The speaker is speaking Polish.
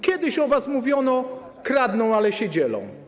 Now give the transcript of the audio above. Kiedyś o was mówiono: kradną, ale się dzielą.